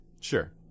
Sure